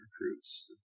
recruits